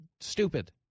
stupid